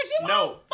No